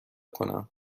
کنم